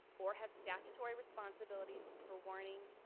or have statutory responsibilities for warning,